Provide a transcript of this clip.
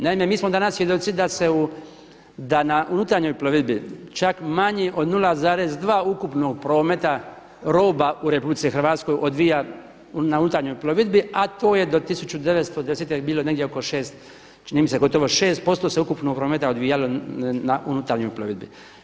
Naime, mi smo danas svjedoci da se u, da na unutarnjoj plovidbi čak manje od 0,2 ukupnog prometa roba u RH odvija na unutarnjoj plovidbi a to je do … bilo negdje oko 6, čini mi se gotovo 6% se ukupnog prometa odvijalo na unutarnjoj plovidbi.